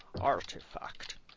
artifact